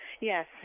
Yes